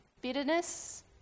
Bitterness